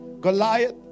Goliath